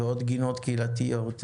ועוד גינות קהילתיות,